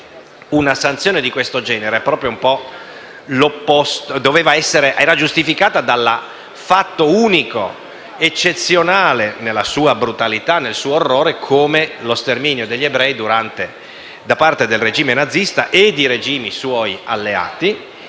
una sanzione di questo genere era giustificata dal fatto unico ed eccezionale, nella sua brutalità e nel orrore, come lo sterminio degli ebrei da parte del regime nazista e di regimi suoi alleati,